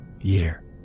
year